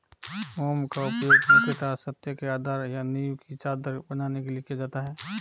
मोम का उपयोग मुख्यतः छत्ते के आधार या नीव की चादर बनाने के लिए किया जाता है